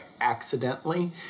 accidentally